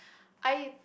I